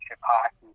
hockey